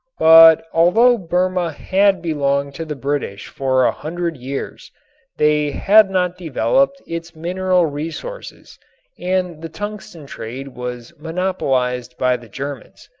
but although burma had belonged to the british for a hundred years they had not developed its mineral resources and the tungsten trade was monopolized by the germans.